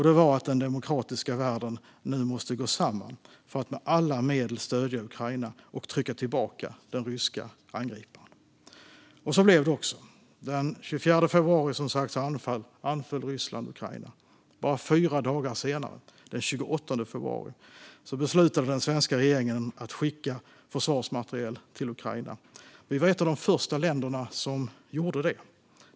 Det var att den demokratiska världen måste gå samman för att med alla medel stödja Ukraina och trycka tillbaka den ryska angriparen. Så blev det också. Den 24 februari anföll Ryssland Ukraina. Bara fyra dagar senare, den 28 februari, beslutade den svenska regeringen att skicka försvarsmateriel till Ukraina. Vi var ett av de första länderna som gjorde det.